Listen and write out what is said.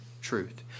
truth